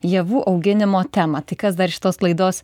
javų auginimo temą tai kas dar šitos laidos